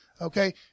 okay